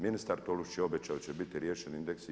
Ministar Tolušić je obećao da će biti riješeni indeksi.